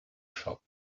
shop